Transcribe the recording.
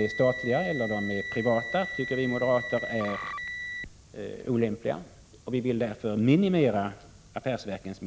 1986/87:7 är statliga eller privata, tycker vi moderater är olämpliga. Vi vill därför 15 oktober 1986 minimera affärsverkens